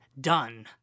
done